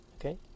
okay